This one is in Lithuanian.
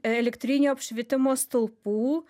elektrinio apšvietimo stulpų